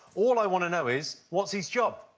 all i want to know is, what's his job?